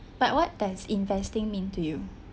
but what does investing mean to you